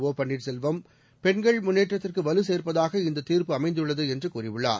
ஒபன்னீர்செல்வம் பெண்கள் முன்னேற்றத்திற்கு வலுசேர்ப்பதாக இந்த தீர்ப்பு அமைந்துள்ளது என்று கூறியுள்ளார்